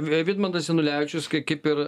vidmantas janulevičius kai kaip ir